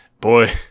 boy